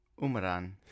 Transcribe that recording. Umaran